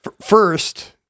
First